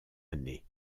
année